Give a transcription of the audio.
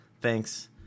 thanks